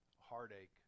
heartache